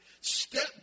Step